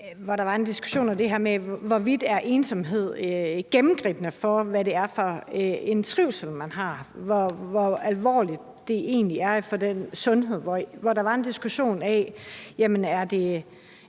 hvor der var en diskussion om det her med, hvorvidt ensomhed er gennemgående for, hvad det er for en trivsel, man har, og hvor alvorligt det egentlig er for den sundhed, og der var en diskussion om, om det